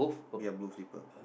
ya blue slipper